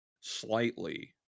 slightly